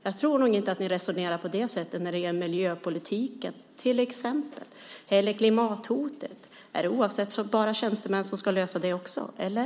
Jag tror nog inte att ni resonerar på det sättet när det gäller miljöpolitiken eller klimathotet. Är det bara tjänstemän som ska lösa det också, eller?